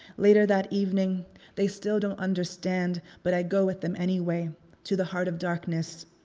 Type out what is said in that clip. later that evening they still don't understand but i go with them anyway to the heart of darkness,